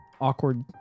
awkward